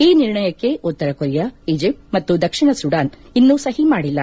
ಈ ನಿರ್ಣಯಕ್ಷೆ ಉತ್ತರ ಕೊರಿಯಾ ಈಜಿಪ್ಟ್ ಮತ್ತು ದಕ್ಷಿಣ ಸೂಡಾನ್ ಇನ್ಯೂ ಸಹಿ ಮಾಡಿಲ್ಲ